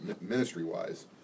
ministry-wise